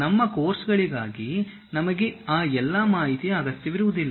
ನಮ್ಮ ಕೋರ್ಸ್ಗಾಗಿ ನಮಗೆ ಆ ಎಲ್ಲ ಮಾಹಿತಿಯ ಅಗತ್ಯವಿರುವುದಿಲ್ಲ